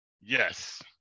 Yes